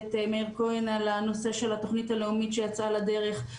הכנסת מאיר כהן את הנושא של התוכנית הלאומית שיצאה לדרך,